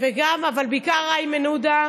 אבל של בעיקר איימן עודה,